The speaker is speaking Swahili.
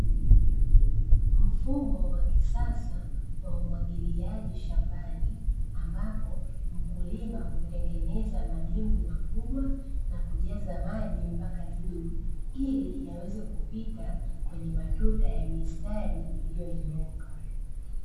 Mfumo wa kisasa wa umwagiliaji shambani, ambapo mkulima hutengeneza madimbwi makubwa na kujaza maji mpaka juu ili yaweze kupita kwenye matuta ya mstari iliyonyooka.